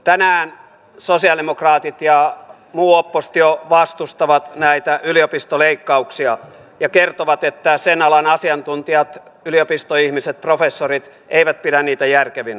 tänään sosialidemokraatit ja muu oppositio vastustavat näitä yliopistoleikkauksia ja kertovat että sen alan asiantuntijat yliopistoihmiset professorit eivät pidä niitä järkevinä